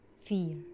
fear